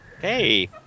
Hey